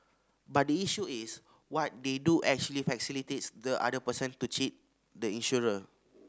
but the issue is what they do actually facilitates the other person to cheat the insurer